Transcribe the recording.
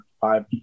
five